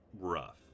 rough